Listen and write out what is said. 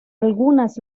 algunas